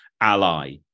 ally